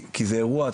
כי זה אירוע.